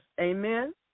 amen